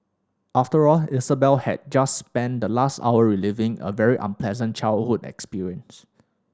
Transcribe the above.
after all Isabel had just spent the last hour reliving a very unpleasant childhood experience